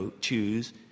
choose